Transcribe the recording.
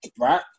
right